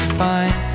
fine